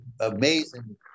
amazing